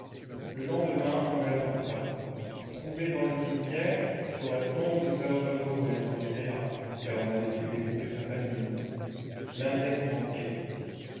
le lendemain on me l'apporta trouvé dans le cimetière sur la tombe de sir john rowell enterré là car on n'avait pu découvrir sa famille l'index manquait